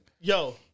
Yo